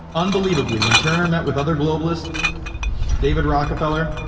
unbelievably, when turner met with other globalists david rockefeller,